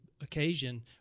occasion